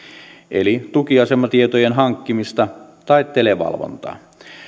eli tukiasematietojen hankkimista tai televalvontaa